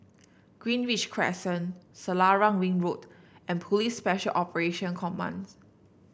Greenridge Crescent Selarang Ring Road and Police Special Operation Commands